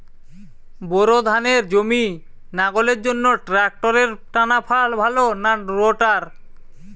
Bore ধানের জমি লাঙ্গলের জন্য ট্রাকটারের টানাফাল ভালো না রোটার?